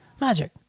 magic